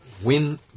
Win